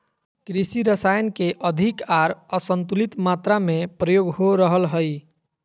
कृषि रसायन के अधिक आर असंतुलित मात्रा में प्रयोग हो रहल हइ